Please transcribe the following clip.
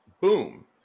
boom